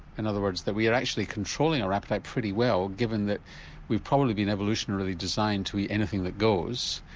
in other words that we are actually controlling our appetite pretty well given that we've probably been evolutionary designed to eat anything that goes,